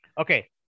Okay